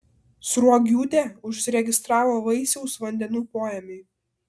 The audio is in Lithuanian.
sruogiūtė užsiregistravo vaisiaus vandenų poėmiui